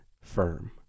firm